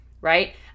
right